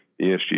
ESG